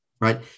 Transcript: right